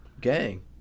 Gang